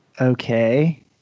Okay